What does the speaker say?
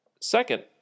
Second